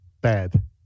Bad